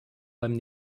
beim